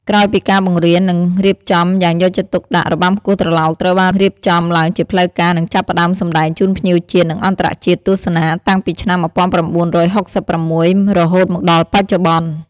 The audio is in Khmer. ក្រោយពីការបង្រៀន និងរៀបចំយ៉ាងយកចិត្តទុកដាក់ របាំគោះត្រឡោកត្រូវបានរៀបចំឡើងជាផ្លូវការ និងចាប់ផ្ដើមសម្តែងជូនភ្ញៀវជាតិ និងអន្តរជាតិទស្សនាតាំងពីឆ្នាំ១៩៦៦ រហូតមកដល់បច្ចុប្បន្ន។